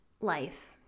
life